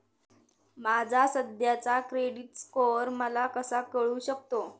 माझा सध्याचा credit score मला कसा कळू शकतो?